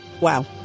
Wow